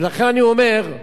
ולכן אני אומר,